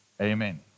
Amen